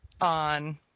on